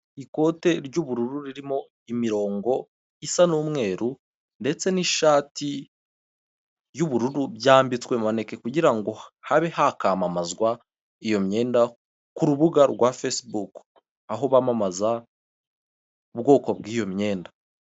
Ikote ry'ubururu ririmo imirongo isa n'umweru ndetse n'ishati y'ubururu byambitswe maneke, kugira ngo habe hakamamazwa iyo myenda ku rubuga rwa fesibuku aho bamamaza ubwoko bw'iyo myenda.